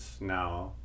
now